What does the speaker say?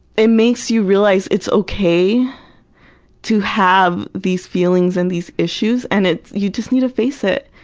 it makes you realize it's okay to have these feelings and these issues and it's you just need to face it.